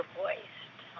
voiced